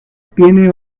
tiene